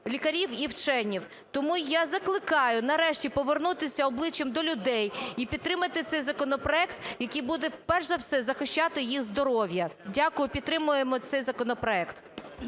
лікарів і вчених. Тому я закликаю нарешті повернутися обличчям до людей і підтримати цей законопроект, який буде перш за все захищати їх здоров'я. Дякую. Підтримуємо цей законопроект.